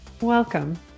Welcome